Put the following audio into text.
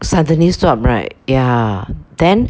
suddenly stop right ya then